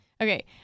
Okay